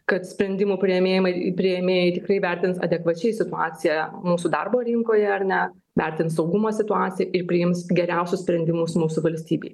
kad sprendimų priėmėjimai priėmėjai tikrai įvertins adekvačiai situaciją mūsų darbo rinkoje ar ne vertins saugumo situaciją ir priims geriausius sprendimus mūsų valstybei